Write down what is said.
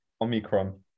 Omicron